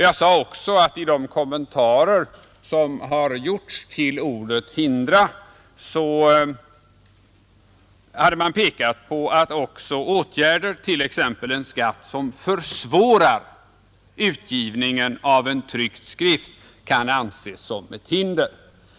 Jag sade också att man i de kommentarer som gjorts till ordet ”hindra” pekat på att också åtgärder, t.ex. en skatt, som försvårar utgivningen av en tryckt skrift, kan anses som ett hinder.